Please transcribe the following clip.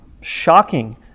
shocking